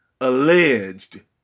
alleged